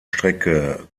strecke